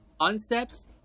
concepts